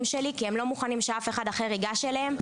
שלי כי הם לא מוכנים שאף אחד אחר ייגש אליהם.